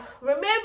remember